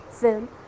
film